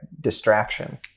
distraction